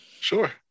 Sure